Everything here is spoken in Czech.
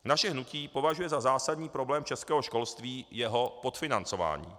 Naše hnutí považuje za zásadní problém českého školství jeho podfinancování.